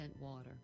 water